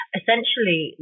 essentially